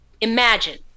Imagine